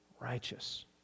righteous